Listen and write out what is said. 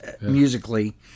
Musically